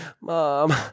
mom